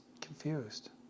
confused